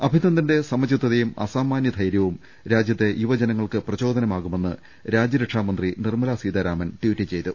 അഭിനന്ദന്റെ സമചിത്തതയും അസാമാന്യ ധൈര്യവും രാജ്യത്തെ യുവജനങ്ങൾക്ക് പ്രചോ ദനമാകുമെന്ന് രാജ്യരക്ഷാ മന്ത്രി നിർമ്മല സീതാരാമൻ ട്വീറ്റ് ചെയ്തു